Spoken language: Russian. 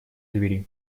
двери